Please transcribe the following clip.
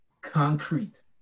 concrete